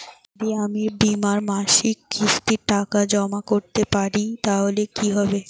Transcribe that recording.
যদি আমি বীমার মাসিক কিস্তির টাকা জমা করতে না পারি তাহলে কি হবে?